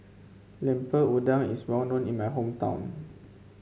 Lemper Udang is well known in my hometown